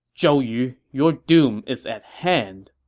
zhou yu, your doom is at hand!